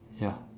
ya